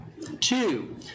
Two